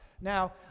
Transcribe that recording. now